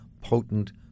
potent